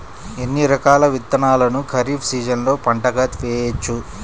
ఎన్ని రకాల విత్తనాలను ఖరీఫ్ సీజన్లో పంటగా వేయచ్చు?